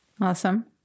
Awesome